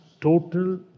total